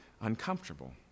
uncomfortable